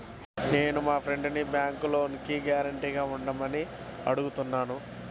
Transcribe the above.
నేను మా ఫ్రెండ్సుని బ్యేంకులో లోనుకి గ్యారంటీగా ఉండమని అడుగుతున్నాను